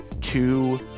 Two